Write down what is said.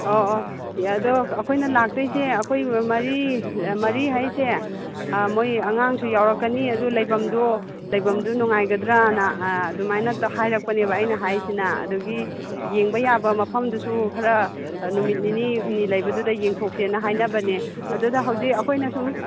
ꯑꯧ ꯑꯧ ꯌꯥꯏ ꯑꯗꯣ ꯑꯩꯈꯣꯏꯅ ꯂꯥꯛꯇꯣꯏꯁꯦ ꯑꯩꯈꯣꯏ ꯃꯔꯤ ꯃꯔꯤ ꯍꯥꯏꯁꯦ ꯃꯣꯏ ꯑꯉꯥꯡꯁꯨ ꯌꯥꯎꯔꯛꯀꯅꯤ ꯑꯗꯨ ꯂꯩꯐꯝꯗꯣ ꯂꯩꯐꯝꯗꯨ ꯅꯨꯡꯉꯥꯏꯒꯗ꯭ꯔꯅ ꯑꯗꯨꯃꯥꯏꯅ ꯍꯥꯏꯔꯛꯄꯅꯦꯕ ꯑꯩꯅ ꯍꯥꯏꯁꯤꯅ ꯑꯗꯒꯤ ꯌꯦꯡꯕ ꯌꯥꯕ ꯃꯐꯝꯗꯨꯁꯨ ꯈꯔ ꯅꯨꯃꯤꯠ ꯅꯤꯅꯤ ꯍꯨꯝꯅꯤ ꯂꯩꯕꯗꯨꯗ ꯌꯦꯡꯊꯣꯛꯁꯦꯅ ꯍꯥꯏꯅꯕꯅꯦ ꯑꯗꯨꯗ ꯍꯧꯖꯤꯛ ꯑꯩꯈꯣꯏꯅ ꯁꯨꯝ